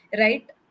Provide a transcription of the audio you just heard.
right